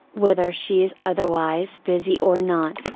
whether she is otherwise busy or not,